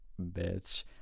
bitch